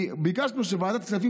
כי ביקשנו שוועדת הכספים